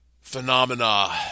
phenomena